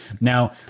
Now